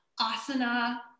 asana